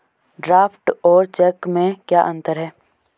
Draft और cheque में क्या अंतर है?